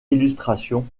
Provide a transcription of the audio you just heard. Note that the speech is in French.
illustrations